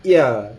ya